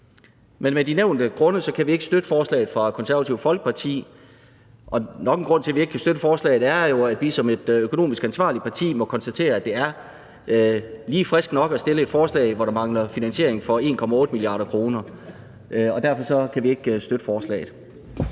Af de nævnte grunde kan vi ikke støtte forslaget fra Det Konservative Folkeparti. Og nok en grund til, at vi ikke kan forslaget, er, at vi som et økonomisk ansvarligt parti jo må konstatere, at det er lige frisk nok at fremsætte et forslag, hvor der mangler finansiering for 1,8 mia. kr. Derfor kan vi ikke støtte forslaget.